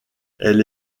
elle